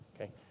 okay